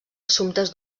assumptes